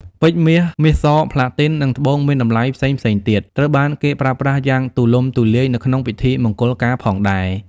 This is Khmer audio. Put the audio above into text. ពេជ្រ មាស មាសស ប្លាទីន និង ត្បូងមានតម្លៃផ្សេងៗទៀត ត្រូវបានគេប្រើប្រាស់យ៉ាងទូលំ ទូលាយនៅក្នុងពិធីមង្គលការផងដែរ។